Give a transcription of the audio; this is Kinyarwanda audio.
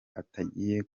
atagiye